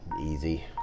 easy